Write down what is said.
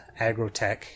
agrotech